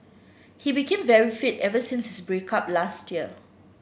he became very fit ever since his break up last year